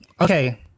Okay